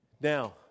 now